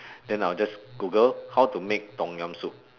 then I'll just google how to make tom-yum soup